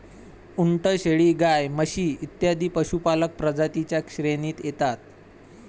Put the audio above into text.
उंट, शेळी, गाय, म्हशी इत्यादी पशुपालक प्रजातीं च्या श्रेणीत येतात